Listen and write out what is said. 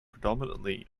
predominantly